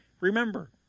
Remember